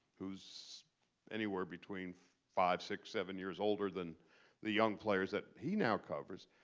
who's anywhere between five, six, seven years older than the young players that he now covers.